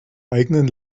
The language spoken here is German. eigenen